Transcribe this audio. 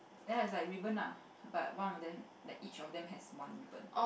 then is like ribbon ah but one of them like each of them has one ribbon